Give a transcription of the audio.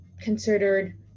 considered